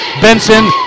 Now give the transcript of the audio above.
Benson